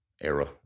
Era